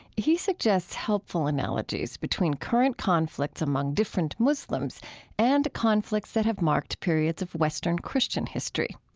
he suggests helpful analogies between current conflicts among different muslims and conflicts that have marked periods of western christian history.